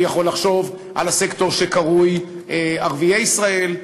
אני יכול לחשוב על הסקטור שקרוי ערביי ישראל,